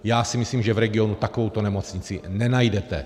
Já si myslím, že v regionu takovouto nemocnici nenajdete.